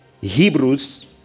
Hebrews